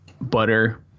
butter